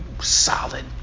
solid